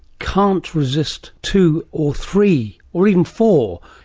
can't resist two or three or even four.